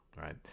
right